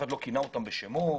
לא כינה אותם בשמות.